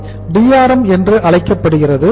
இது DRM என்று அழைக்கப்படுகிறது